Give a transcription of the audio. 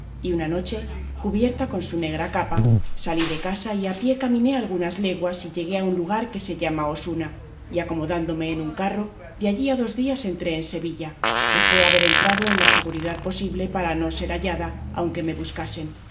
y una noche cubierta con su negra capa salí de casa y a pie caminé algunas leguas y llegué a un lugar que se llama osuna y acomodándome en un carro de allí a dos días entré en sevilla que fue haber entrado en la seguridad posible para no ser hallada aunque me buscasen